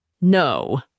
No